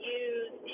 use